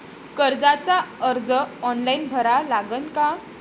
कर्जाचा अर्ज ऑनलाईन भरा लागन का?